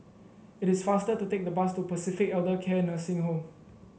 it is faster to take the bus to Pacific Elder Care Nursing Home